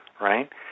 right